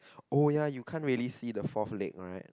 oh ya you can't really see the fourth leg right